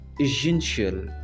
essential